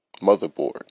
motherboard